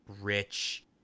rich